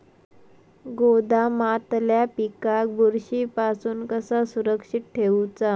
गोदामातल्या पिकाक बुरशी पासून कसा सुरक्षित ठेऊचा?